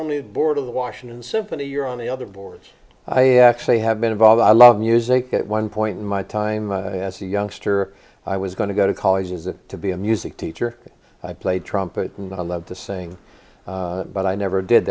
only the board of the washington symphony you're on the other boards i actually have been involved i love music at one point my time as a youngster i was going to go to college is to be a music teacher i played trumpet and i love the saying but i never did